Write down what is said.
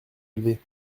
élevés